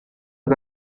que